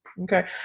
okay